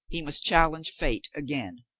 he must challenge fate again.